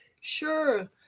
Sure